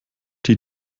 die